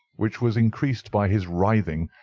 which was increased by his writhing,